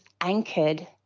anchored